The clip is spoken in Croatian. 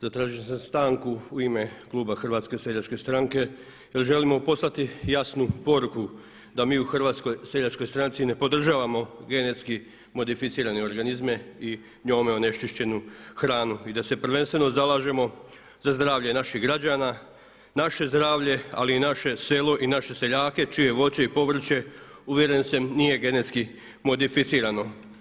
Zatražio sam stanku u ime Kluba HSS-a jer želimo poslati jasnu poruku da mi u HSS-u ne podržavamo genetski modificirane organizme i njome onečišćenu hranu i da se prvenstveno zalažemo za zdravlje naših građana, naše zdravlje ali i naše selo i naše seljake čije voće i povrće, uvjeren sam nije genetski modificirano.